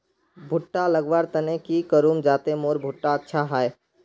भुट्टा लगवार तने की करूम जाते मोर भुट्टा अच्छा हाई?